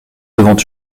devant